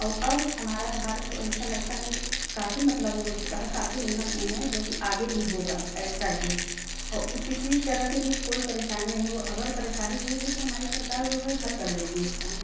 और अब हमारा भारत तो ऐसा लगता है काफी मतलब वो हो चुका है काफी उन्नत में है जो कि आगे भी होगा ऐसा ही और इस किसी तरह की भी कोई परेशानी नहीं हो अगर परेशानी हुई भी तो हमारी सरकार वह हल कर लेगी उसका